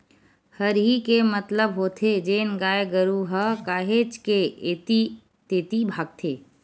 हरही के मतलब होथे जेन गाय गरु ह काहेच के ऐती तेती भागथे